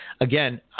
Again